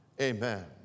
amen